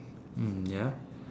mm ya